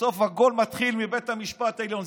בסוף הכול מתחיל מבית המשפט העליון.